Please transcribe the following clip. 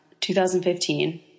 2015